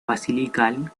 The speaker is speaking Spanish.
basilical